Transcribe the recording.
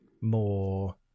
more